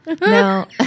No